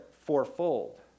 fourfold